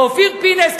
אופיר פינס,